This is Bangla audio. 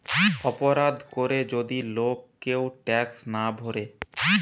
অপরাধ করে যদি লোক কেউ ট্যাক্স না ভোরে